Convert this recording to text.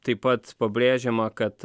taip pat pabrėžiama kad